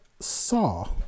saw